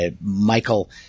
michael